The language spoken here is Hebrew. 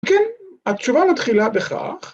‫כן, התשובה מתחילה בכך.